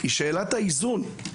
היא שאלת האיזון.